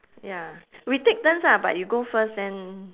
ya we take turns ah but you go first then